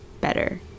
better